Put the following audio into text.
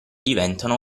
diventano